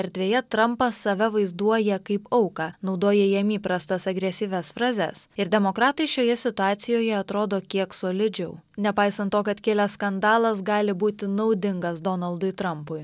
erdvėje trampas save vaizduoja kaip auką naudoja jam įprastas agresyvias frazes ir demokratai šioje situacijoje atrodo kiek solidžiau nepaisant to kad kilęs skandalas gali būti naudingas donaldui trampui